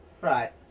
Right